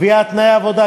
קביעת תנאי עבודה,